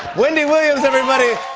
wendy williams, everybody!